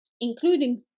including